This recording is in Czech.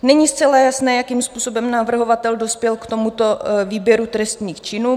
Není zcela jasné, jakým způsobem navrhovatel dospěl k tomuto výběru trestných činů.